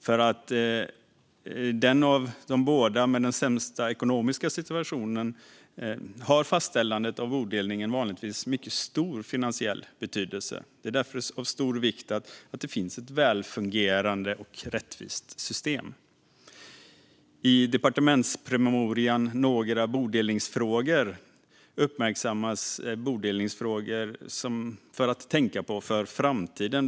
För den av de båda med den sämsta ekonomiska situationen har fastställandet av bodelningen vanligtvis mycket stor finansiell betydelse. Det är därför av stor vikt att det finns ett välfungerande och rättvist system. I departementspromemorian Några bodelningsfrågor uppmärksammas bodelningsfrågor att tänka på för framtiden.